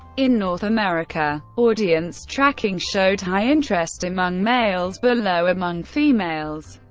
in north america, audience tracking showed high interest among males, but low among females.